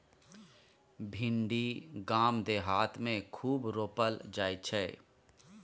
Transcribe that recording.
भिंडी गाम देहात मे खूब रोपल जाई छै